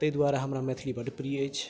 ताहि द्वारे हमरा मैथिली बड प्रिय अछि